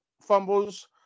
fumbles